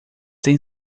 têm